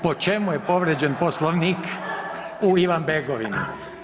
Po čemu je povrijeđen Poslovnik u Ivanbegovini?